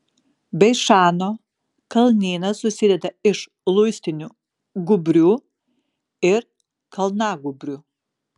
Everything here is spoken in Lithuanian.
beišano kalnynas susideda iš luistinių gūbrių ir kalnagūbrių